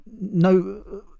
no